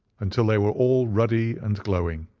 until they were all ruddy and glowing.